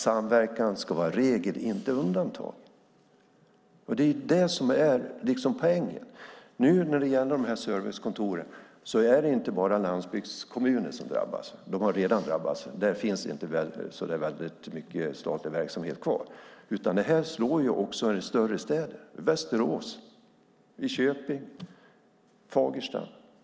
Samverkan ska vara regel och inte undantag. Det är det som är poängen. När det nu gäller dessa servicekontor är det inte bara landsbygdskommuner som drabbas. De har redan drabbats; där finns inte så väldigt mycket statlig verksamhet kvar. Det här slår dock också i större städer som Västerås, Köping och Fagersta.